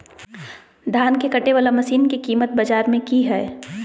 धान के कटे बाला मसीन के कीमत बाजार में की हाय?